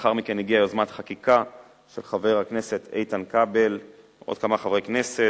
לאחר מכן הגיעה יוזמת חקיקה של חבר הכנסת איתן כבל ועוד כמה חברי כנסת,